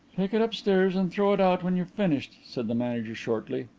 take it upstairs and throw it out when you've finished, said the manager shortly.